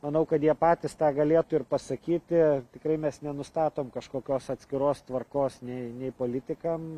manau kad jie patys tą galėtų ir pasakyti tikrai mes nenustatom kažkokios atskiros tvarkos nei nei politikam